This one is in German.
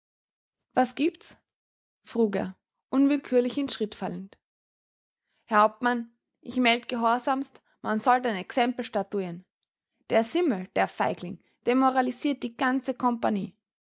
was gibt's frug er unwillkürlich in schritt fallend herr hauptmann ich meld gehorsamst man sollt ein exempel statuieren der simmel der feigling demoralisiert die ganze kompagnie